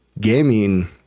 gaming